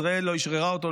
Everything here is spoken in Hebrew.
ישראל לא אשררה אותו.